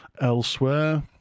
elsewhere